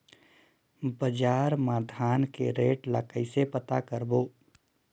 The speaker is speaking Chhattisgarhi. बजार मा धान के रेट ला कइसे पता करबो?